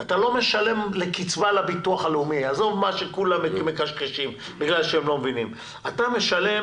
אתה משלם לפנסיה 7.5% והמעסיק משלם עוד 14.5%. למעשה אתה משלם